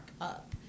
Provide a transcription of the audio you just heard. up